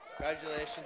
Congratulations